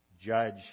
judge